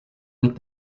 with